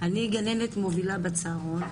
גננת מובילה בצהרון,